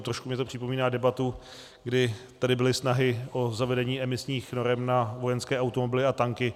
Trošku mi to připomíná debatu, kdy tady byly snahy o zavedení emisních norem na vojenské automobily a tanky.